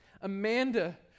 Amanda